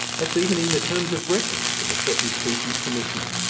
that's even in the terms of reference for the threatened species commissioner.